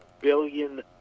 billion